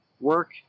work